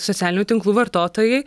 socialinių tinklų vartotojai